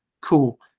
cool